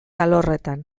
alorretan